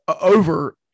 over